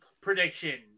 prediction